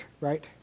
right